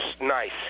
nice